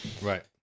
Right